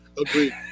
Agreed